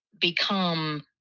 become